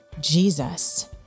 Jesus